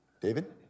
David